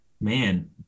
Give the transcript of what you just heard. man